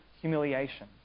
humiliation